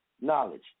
knowledge